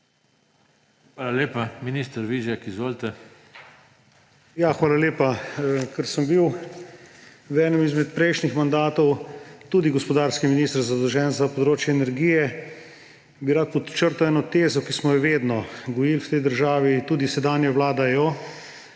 Hvala lepa. Minister Vizjak, izvolite. MAG. ANDREJ VIZJAK: Hvala lepa. Ker sem bil v enem izmed prejšnjih mandatov tudi gospodarski minister, zadolžen za področje energije, bi rad podčrtal eno tezo, ki smo jo vedno gojili v tej državi in tudi sedanja vlada jo,